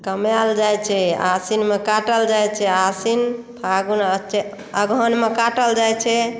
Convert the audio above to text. कमायल जाइत छै आश्विनमे काटल जाइत छै आश्विन फाल्गुण आ अगहनमे काटल जाइत छै